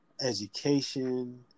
education